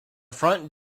front